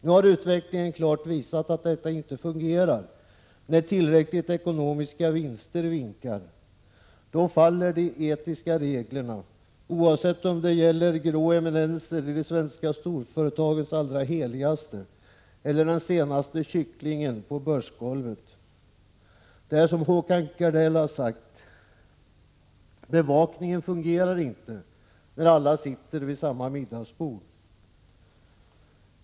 Nu har utvecklingen klart visat att detta inte fungerar när tillräckliga ekonomiska vinster vinkar. Då faller de etiska reglerna, oavsett — Prot. 1986/87:130 om det gäller grå eminenser i de svenska storföretagens allra heligaste eller 25 maj 1987 : den senaste ”kycklingen” på börsgolvet. Det är som Håkan Gardell har sagt: Bevakningen fungerar inte när alla sitter vid samma middagsbord.